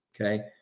okay